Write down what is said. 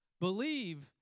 Believe